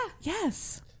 yes